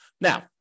Now